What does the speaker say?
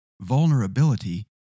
vulnerability